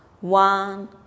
one